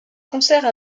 concerts